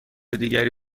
دیگری